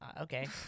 Okay